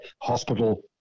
hospital